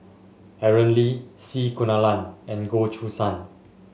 Aaron Lee C Kunalan and Goh Choo San